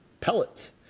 pellets